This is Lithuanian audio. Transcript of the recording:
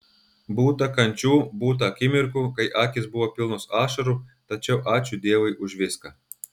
būta kančių būta akimirkų kai akys buvo pilnos ašarų tačiau ačiū dievui už viską